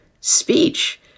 speech